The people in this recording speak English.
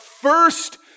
first